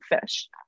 fish